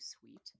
sweet